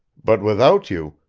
but without you,